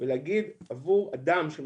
ולהגיד שעבור אדם,